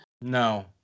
No